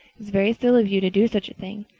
it was very silly of you to do such a thing.